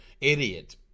idiot